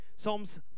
Psalms